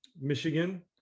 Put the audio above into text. Michigan